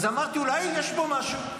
אז אמרתי, אולי יש בו משהו.